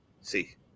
see